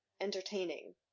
entertaining